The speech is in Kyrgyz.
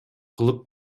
кылып